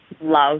love